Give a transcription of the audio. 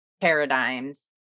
paradigms